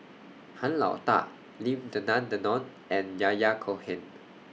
Han Lao DA Lim Denan Denon and Yahya Cohen